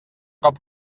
cop